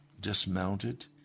dismounted